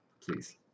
please